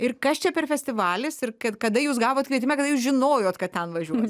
ir kas čia per festivalis ir kad kada jūs gavot kvietimą kad jūs žinojot kad ten važiuos